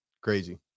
Crazy